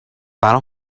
برام